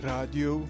Radio